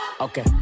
Okay